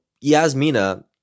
Yasmina